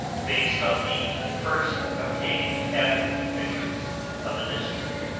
based on the first-obtained casualty figures of the district